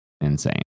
insane